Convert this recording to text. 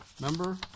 remember